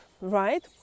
right